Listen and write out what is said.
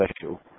special